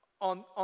on